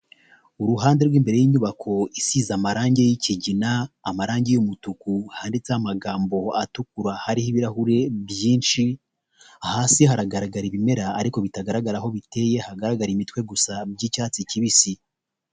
Uruhande rw'imbere y'inyubako isize amarange y'ikigina, amarange y'umutuku handitseho amagambo atukura hariho ibirahure byinshi, hasi haragaragara ibimera ariko bitagaragara aho biteye hagaragara imitwe gusa by'icyatsi kibisi.